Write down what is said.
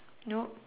no